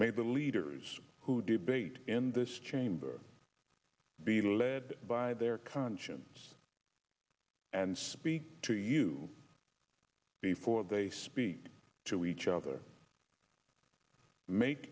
made the leaders who do bait in this chamber be led by their conscience and speak to you before they speak to each other make